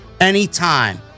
anytime